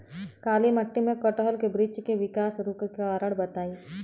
काली मिट्टी में कटहल के बृच्छ के विकास रुके के कारण बताई?